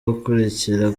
gukurikira